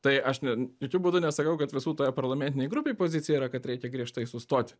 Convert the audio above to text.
tai aš ne jokiu būdu nesakau kad visų toje parlamentinėj grupėj pozicija yra kad reikia griežtai sustoti